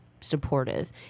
supportive